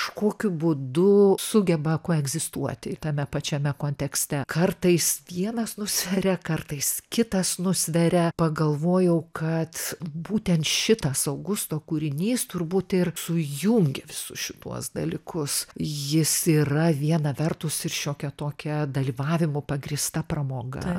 kažkokiu būdu sugeba koegzistuoti ir tame pačiame kontekste kartais vienas nusveria kartais kitas nusveria pagalvojau kad būtent šitas augusto kūrinys turbūt ir sujungia visus šituos dalykus jis yra viena vertus ir šiokia tokia dalyvavimu pagrįsta pramoga